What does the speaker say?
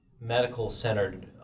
medical-centered